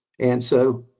and so,